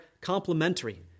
complementary